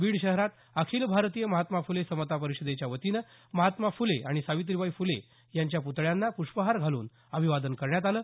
बीड शहरात अखिल भारतीय महात्मा फुले समता परिषदेच्या वतीनं महात्मा फुले आणि सावित्रीबाई फुले यांच्या पुतळ्यांना पुष्पहार घालून अभिवादन करण्यात आलं